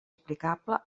aplicable